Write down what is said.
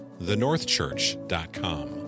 thenorthchurch.com